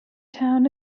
town